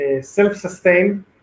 self-sustained